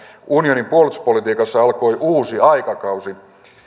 unionin puolustuspolitiikassa alkoi uusi aikakausi